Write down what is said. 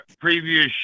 previous